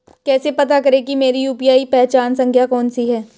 कैसे पता करें कि मेरी यू.पी.आई पहचान संख्या कौनसी है?